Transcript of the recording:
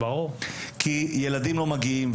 כי ילדים לא מגיעים,